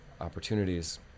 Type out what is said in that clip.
opportunities